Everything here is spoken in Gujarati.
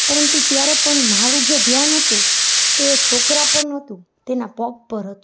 પરંતુ ત્યારે પણ મારુ જે ધ્યાન હતું તે એ છોકરા પર નહોતું તેના પગ પર હતું